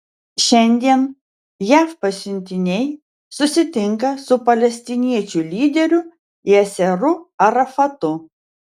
šiandien jav pasiuntiniai susitinka su palestiniečių lyderiu yasseru arafatu